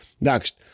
Next